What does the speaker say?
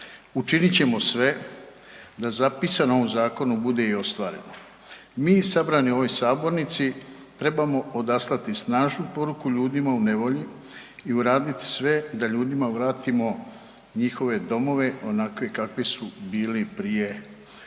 Učinit ćemo sve da zapisano na ovom Zakonu bude i ostvareno. Mi sabrani u ovoj sabornici trebamo odaslati snažnu poruku ljudima u nevolji i uradit sve da ljudima vratimo njihove domove onakve kakvi su bili prije